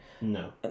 No